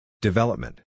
Development